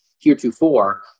heretofore